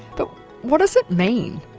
but what does it mean?